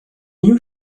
you